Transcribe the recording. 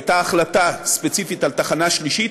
הייתה החלטה ספציפית על תחנה שלישית,